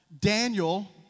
Daniel